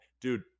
Dude